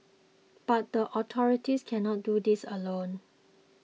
but the authorities cannot do this alone